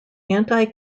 anti